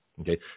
Okay